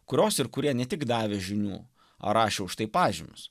kurios ir kurie ne tik davė žinių o rašė už tai pažymius